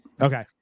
Okay